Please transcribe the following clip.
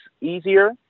easier